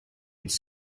its